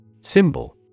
Symbol